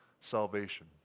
salvation